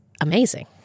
amazing